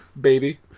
baby